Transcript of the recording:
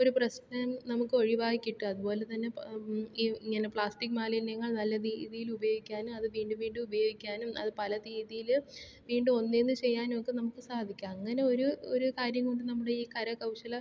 ഒരു പ്രശ്നം നമുക്ക് ഒഴിവായി കിട്ടും അതുപോലെ തന്നെ പ ഈ ഇങ്ങനെ പ്ലാസ്റ്റിക് മാലിന്യങ്ങൾ നല്ല രീതിയിൽ ഉപയോഗിക്കാനും അത് വീണ്ടും വീണ്ടും ഉപയോഗിക്കാനും അത് പല രീതിയിൽ വീണ്ടും ഒന്നിൽ നിന്ന് ചെയ്യാനുമൊക്കെ നമുക്ക് സാധിക്കാം അങ്ങനെ ഒരു ഒരു കാര്യം കൊണ്ടു നമ്മുടെ ഈ കരകൗശല